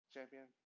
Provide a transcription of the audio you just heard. Champion